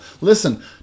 Listen